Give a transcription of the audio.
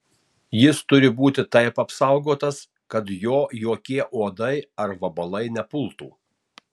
jis turi būti taip apsaugotas kad jo jokie uodai ar vabalai nepultų